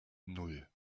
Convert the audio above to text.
nan